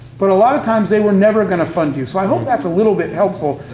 but a lot of times, they were never gonna fund you. so i hope that's a little bit helpful,